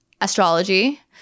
astrology